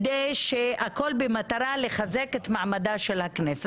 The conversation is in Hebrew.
הכול במטרה לחזק את מעמדה של הכנסת.